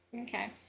Okay